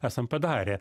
esam padarę